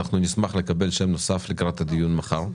נשמח לקבל שם נוסף לקראת הדיון מחר.